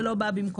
זה לא בא במקום.